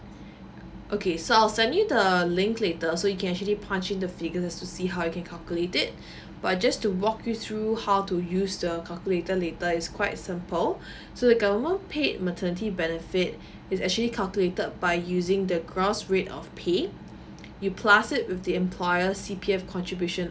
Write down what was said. okay so I'll send you the link later so you can actually punch in the figures to see how you can calculate it but just to walk you through how to use the calculator later is quite simple so the government paid maternity benefit is actually calculated by using the gross rate of pay you plus it with the employers C_P_F contribution